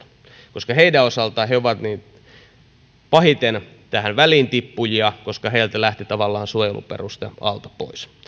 koska he ovat pahiten väliintippujia koska heiltä lähti tavallaan suojelun peruste alta pois